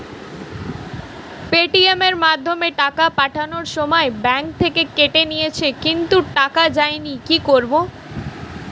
Paytm এর মাধ্যমে টাকা পাঠানোর সময় ব্যাংক থেকে কেটে নিয়েছে কিন্তু টাকা যায়নি কি করব?